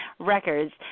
records